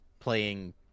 Playing